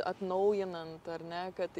atnaujinant ar ne kad